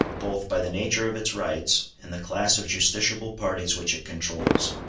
both by the nature of its rights and the class of justiciable parties which it controls.